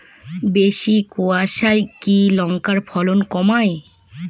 বেশি কোয়াশায় কি লঙ্কার ফলন কমায়?